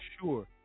sure